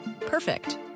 Perfect